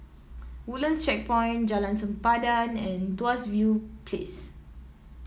Woodlands Checkpoint Jalan Sempadan and Tuas View Place